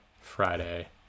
friday